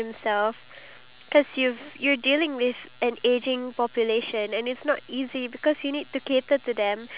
then if we're not earning as much as we want to earn in a month we can't blame the government we have to blame ourselves